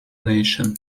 nation